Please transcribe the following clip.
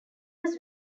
was